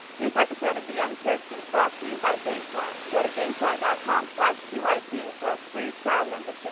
this episode of the young turks is brought to you by gamefly gotta gamefly dot com slash tea white tea for a free trial membership